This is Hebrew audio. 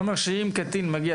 זה אומר שאם קטין מגיע,